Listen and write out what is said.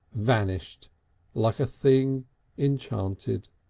vanished like a thing enchanted.